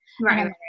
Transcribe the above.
right